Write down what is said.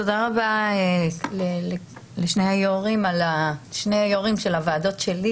תודה רבה לשני היו"רים של הוועדות שלי,